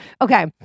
Okay